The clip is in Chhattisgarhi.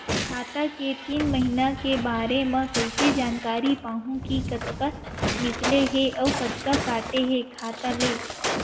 खाता के तीन महिना के बारे मा कइसे जानकारी पाहूं कि कतका निकले हे अउ कतका काटे हे खाता ले?